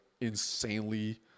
insanely